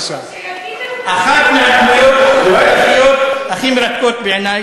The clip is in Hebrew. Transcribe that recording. אחת הדמויות התנ"כיות הכי מרתקות בעיני,